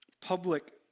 public